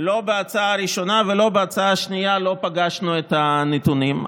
לא בהצעה הראשונה ולא בהצעה השנייה לא פגשנו את הנתונים.